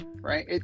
right